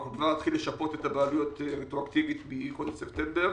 נוכל להתחיל לשפות רטרואקטיבית מחודש ספטמבר